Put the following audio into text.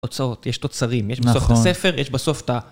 הוצאות, יש תוצרים, יש בסוף את הספר, יש בסוף את ה...